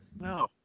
no